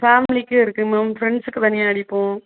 ஃபேமிலிக்கு இருக்குது மேம் ஃப்ரண்ட்ஸ்க்கு தனியாக அடிப்போம்